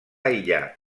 aïllar